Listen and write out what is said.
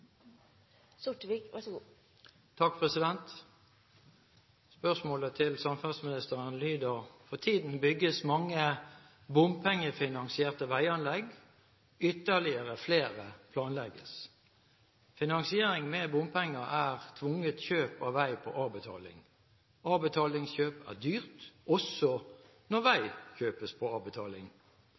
tiden bygges mange bompengefinanserte veianlegg. Ytterligere flere planlegges. Finansiering med bompenger er tvunget kjøp av vei på avbetaling. Avbetalingskjøp er dyrt, også når vei kjøpes på avbetaling.